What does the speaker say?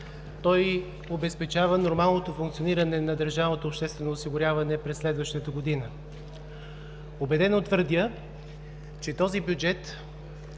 Той обезпечава нормалното функциониране на държавното обществено осигуряване през следващата година. Убедено твърдя, че този бюджет